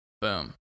Boom